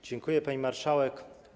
Dziękuję, pani marszałek.